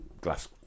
glass